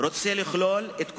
רוצה לכלול את כולנו,